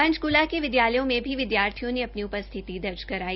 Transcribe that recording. पंचकुला के विदयालयों में भी विद्यार्थियों ने अपनी उपस्थिति दर्ज कराई